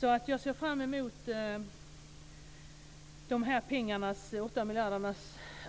Jag ser alltså fram emot att de 8 miljarderna